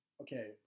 okay